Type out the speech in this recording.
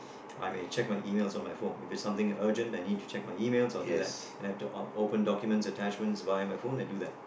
I may check my emails on my phone if it's something urgent that I need to check my emails I will do that and I have to o~ open documents attachments via my phone I do that